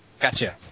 gotcha